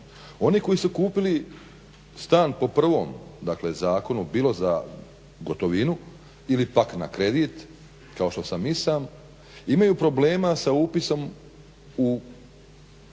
Oni koji su kupili stan po prvom dakle zakonu bilo za gotovinu ili pak na kredit kao što sam i sam imaju problema sa upisom u